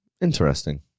Interesting